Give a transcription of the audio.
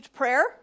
prayer